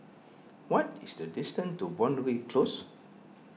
what is the distance to Boundary Close